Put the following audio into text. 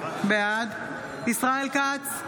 בעד ישראל כץ,